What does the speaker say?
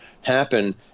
happen